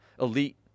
elite